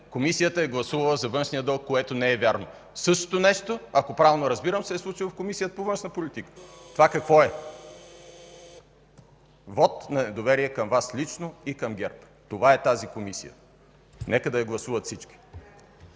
Комисията е гласувала за външния дълг, което не е вярно. Същото нещо, ако правилно разбирам, се е случило и в Комисията по външна политика. Това какво е? Вот на недоверие към Вас лично и към ГЕРБ. Това е тази Комисия, нека да я гласуват всички.